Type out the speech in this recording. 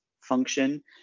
function